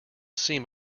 seem